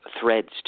threads